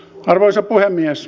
arvoisa puhemies